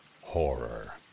Horror